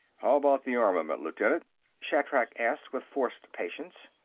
how about the armament, lieutenant? shatrak asked with forced patience.